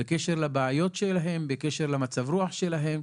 בקשר לבעיות שלהם, בקשר למצב הרוח שלהם.